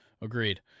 agreed